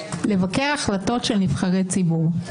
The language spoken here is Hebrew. לבקר החלטות של נבחרי ציבור.